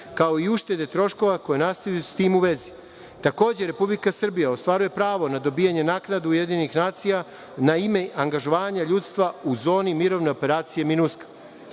kao i uštedi troškova koji nastaju s tim u vezi. Takođe Republika Srbija ostvaruje pravo na dobijanje naknade UN na ime angažovanja ljudstva u zoni Mirovne operacije